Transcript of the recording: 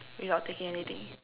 without taking anything